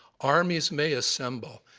armies may assemble,